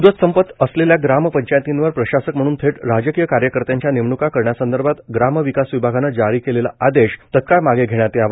मुदत संपत असलेल्या ग्रामपंचायतींवर प्रशासक म्हणून थेट राजकीय कार्यकर्त्याच्या नेमण्का करण्यासंदर्भात ग्रामविकास विभागाने जारी केलेला आदेश तत्काळ मागे घेण्यात यावा